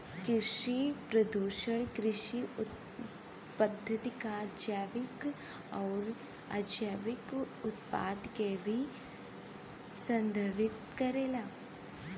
कृषि प्रदूषण कृषि पद्धति क जैविक आउर अजैविक उत्पाद के भी संदर्भित करेला